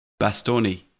Bastoni